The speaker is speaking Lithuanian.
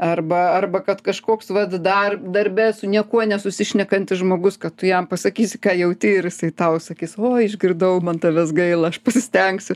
arba arba kad kažkoks vat dar darbe su niekuo nesusišnekantis žmogus kad tu jam pasakysi ką jauti ir tau sakys o išgirdau man tavęs gaila aš pasistengsiu